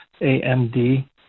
AMD